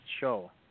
show